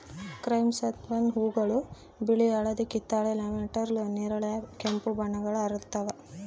chrysanthemum ಹೂವುಗಳು ಬಿಳಿ ಹಳದಿ ಕಿತ್ತಳೆ ಲ್ಯಾವೆಂಡರ್ ನೇರಳೆ ಕೆಂಪು ಬಣ್ಣಗಳ ಅರಳುತ್ತವ